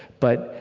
but,